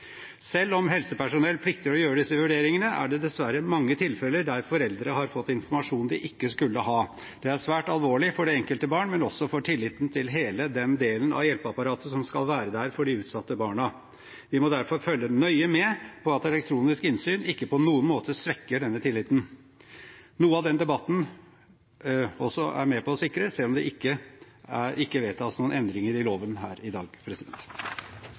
Selv om helsepersonell plikter å gjøre disse vurderingene, er det dessverre mange tilfeller der foreldre har fått informasjon de ikke skulle ha. Det er svært alvorlig for det enkelte barn, men også for tilliten til hele den delen av hjelpeapparatet som skal være der for de utsatte barna. Vi må derfor følge nøye med på at elektronisk innsyn ikke på noen måte svekker denne tilliten, noe denne debatten også er med på å sikre, selv om det ikke vedtas noen endringer i loven her i dag.